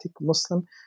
Muslim